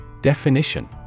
Definition